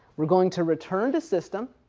we're going to return to system,